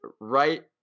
right